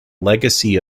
legacy